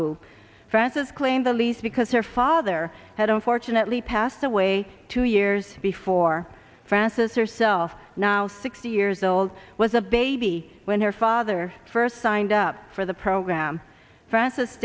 oahu francis claimed the lease because her father had a fortunately passed away two years before frances herself now sixty years old was a baby when her father first signed up for the program francis